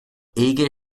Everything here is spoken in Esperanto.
ege